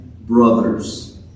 brothers